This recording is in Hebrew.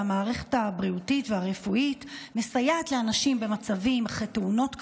והמערכת הבריאותית והרפואית מסייעת לאנשים במצבים אחרי תאונות קשות,